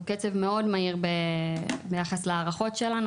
שהוא קצב מאוד מהיר ביחס להערכות שלנו,